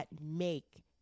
make